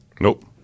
Nope